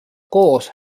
koos